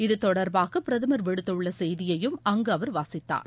இது தொடர்பாக பிரதமர் விடுத்துள்ள செய்தியையும் அங்கு அவர் வாசித்தார்